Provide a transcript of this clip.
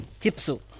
Chipsu